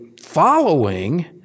following